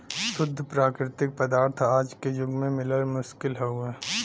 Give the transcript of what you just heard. शुद्ध प्राकृतिक पदार्थ आज के जुग में मिलल मुश्किल हउवे